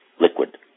liquid